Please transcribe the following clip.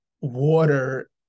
water